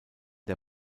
der